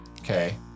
Okay